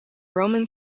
roman